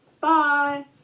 Bye